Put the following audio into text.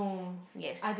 yes